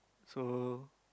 so